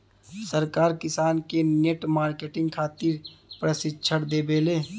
सरकार किसान के नेट मार्केटिंग खातिर प्रक्षिक्षण देबेले?